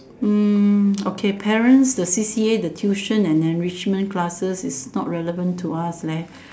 mm okay parents the C_C_A the tuition and enrichment classes is not relevant to us leh